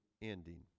ending